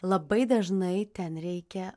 labai dažnai ten reikia